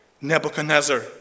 Nebuchadnezzar